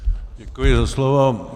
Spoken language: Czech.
Děkuji za slovo.